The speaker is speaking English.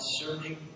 serving